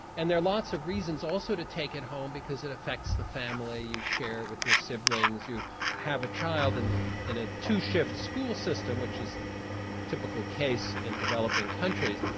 and there are lots of reasons also to take it home because it affects the family, you share with your siblings, you have a child and in a two-shift school system which is a typical case in developing countries,